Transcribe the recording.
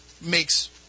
makes